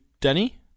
Danny